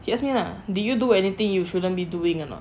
did you do anything you shouldn't be doing or not